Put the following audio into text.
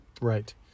Right